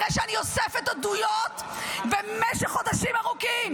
אחרי שאני אוספת עדויות במשך חודשים ארוכים,